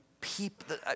people